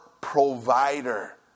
provider